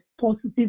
positive